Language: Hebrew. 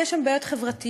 יש שם בעיות חברתיות,